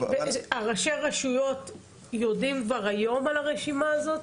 ראשי הרשויות יודעים כבר היום על הרשימה הזאת?